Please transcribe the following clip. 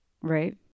Right